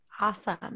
Awesome